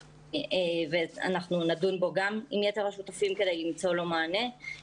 ואנחנו נדון בו גם עם יתר השותפים כדי לתת לו מענה.